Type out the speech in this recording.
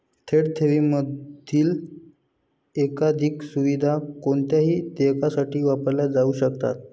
थेट ठेवींमधील एकाधिक सुविधा कोणत्याही देयकासाठी वापरल्या जाऊ शकतात